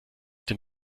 dem